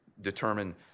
determine